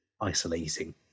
isolating